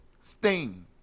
sting